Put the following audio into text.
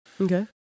Okay